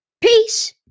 Peace